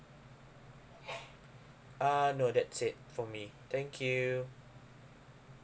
uh no that's it for me thank you